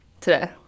today